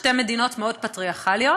שתי מדינות מאוד פטריארכליות,